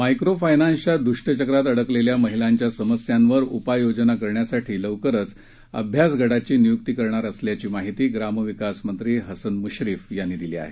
micro फायनान्सच्या दुष्टचक्रात अडकलेल्या महिलांच्या समस्यांवर उपाययोजना करण्यासाठी लवकरच अभ्यासगटाची नियुक्ती करणार असल्याची माहिती ग्रामविकास मंत्री हसन मुश्रीफ यांनी दिली आहे